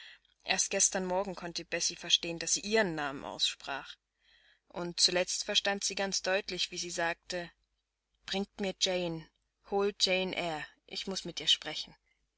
erst gestern morgen konnte bessie verstehen daß sie ihren namen aussprach und zuletzt verstand sie ganz deutlich wie sie sagte bringt mir jane holt jane eyre ich muß mit ihr sprechen